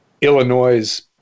Illinois's